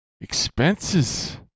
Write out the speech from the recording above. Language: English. expenses